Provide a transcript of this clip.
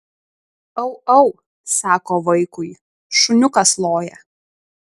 au au sako vaikui šuniukas loja